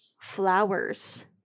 flowers